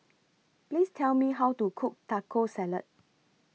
Please Tell Me How to Cook Taco Salad